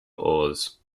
ores